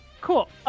Cool